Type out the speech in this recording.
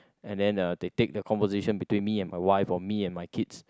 and then uh they take the conversation between me and my wife or me and my kids